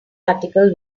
article